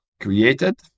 created